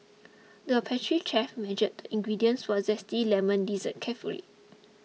the pastry chef measured the ingredients for a Zesty Lemon Dessert carefully